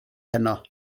heno